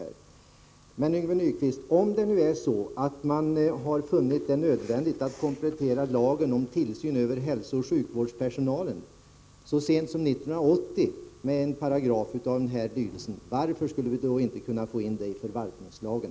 När det är så, Yngve Nyquist, att man funnit det nödvändigt att så sent som 1980 komplettera lagen om tillsyn över hälsooch sjukvårdspersonalen med en paragraf av denna lydelse, varför skulle vi då inte kunna få in en komplettering i förvaltningslagen?